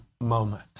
moment